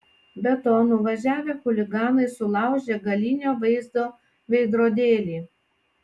be to nuvažiavę chuliganai sulaužė galinio vaizdo veidrodėlį